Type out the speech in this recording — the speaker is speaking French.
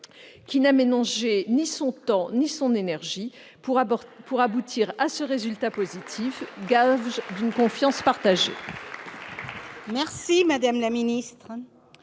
qui n'a ménagé ni son temps ni son énergie pour aboutir à ce résultat positif, gage d'une confiance partagée.